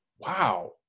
wow